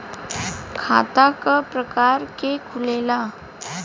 खाता क प्रकार के खुलेला?